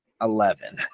Eleven